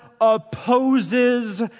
opposes